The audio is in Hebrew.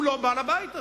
הוא לא בא לבית הזה,